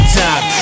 time